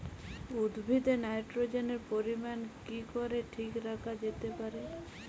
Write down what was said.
উদ্ভিদে নাইট্রোজেনের পরিমাণ কি করে ঠিক রাখা যেতে পারে?